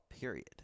period